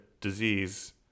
disease